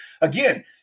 Again